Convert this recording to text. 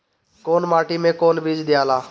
कौन माटी मे कौन बीज दियाला?